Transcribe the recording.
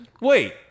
Wait